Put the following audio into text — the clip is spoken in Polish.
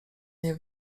nie